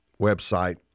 website